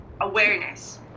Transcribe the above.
awareness